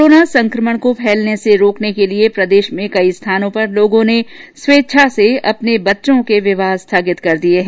corona संकमण को फैलने से रोकने के लिये प्रदेश में कई स्थानों पर लोगों ने स्वेच्छा से अपने बच्चों के विवाह स्थगित कर दिये हैं